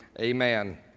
Amen